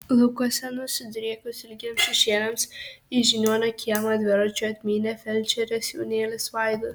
laukuose nusidriekus ilgiems šešėliams į žiniuonio kiemą dviračiu atmynė felčerės jaunėlis vaidas